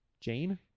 Jane